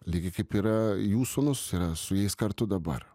lygiai kaip yra jų sūnus yra su jais kartu dabar